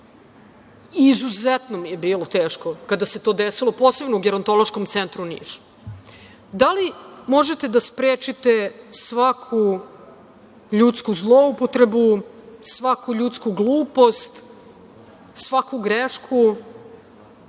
Izuzetno mi je bilo teško kada se to desilo, posebno u Gerontološkom centru Niš. Da li možete da sprečite svaku ljudsku zloupotrebu, svaku ljudsku glupost, svaku grešku?